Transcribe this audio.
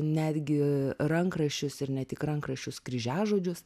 netgi rankraščius ir ne tik rankraščius kryžiažodžius